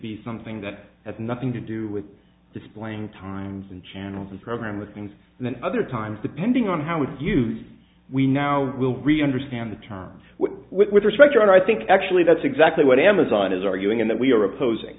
be something that has nothing to do with displaying times in channels as program with things than other times depending on how it's used we now will really understand the terms with respect and i think actually that's exactly what amazon is arguing in that we are opposing